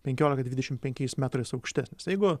penkiolika dvidešim penkiais metrais aukštesnis jeigu